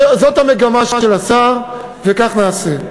זאת המגמה של השר, וכך נעשה.